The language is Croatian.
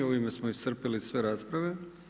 Ovime smo iscrpili sve rasprave.